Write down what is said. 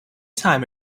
time